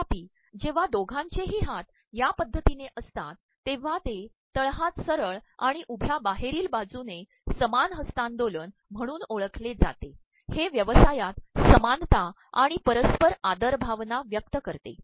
तर्ाप्रप जेव्हा दोघांचेही हात या पद्धतीने असतात तेव्हा ते तळहात सरळ आणण उभ्या बाहेरील बाजूने समान हस्त्तांदोलन म्हणून ओळखले जाते हे व्यवसायात समानता आणण परस्त्पर आदर भावना व्यक्त करते